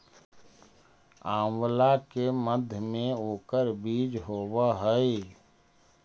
आंवला के मध्य में ओकर बीज होवअ हई